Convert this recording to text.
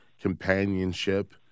companionship